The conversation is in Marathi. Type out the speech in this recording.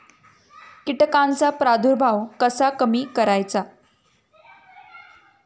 कीटकांचा प्रादुर्भाव कसा कमी करायचा?